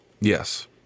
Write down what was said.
Yes